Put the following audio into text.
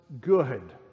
good